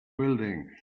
building